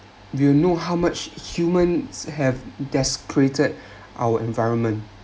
we’ll know how much human have desecrated our environment